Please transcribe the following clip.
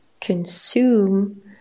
consume